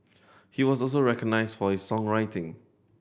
he was also recognised for his songwriting